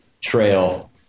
trail